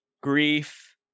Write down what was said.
grief